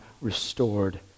restored